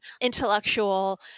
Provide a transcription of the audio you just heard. intellectual